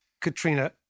Katrina